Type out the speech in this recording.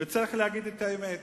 צריך להגיד את האמת,